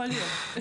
יכול להיות.